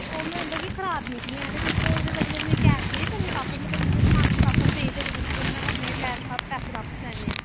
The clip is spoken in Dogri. ओह् मतलब खराब निकलियां ते तुस ओह्दे बदले मिगी कैश देई सकने आं ते ओह् समान देई अपने पैसे बापस लैने आ